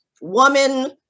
woman